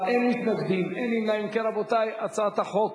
ההצעה להעביר את הצעת חוק